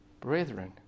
brethren